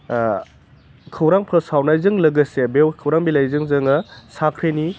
खौरां फोसावनायजों लोगोसे बेयाव खौरां बिलाइजों जोङो साख्रिनि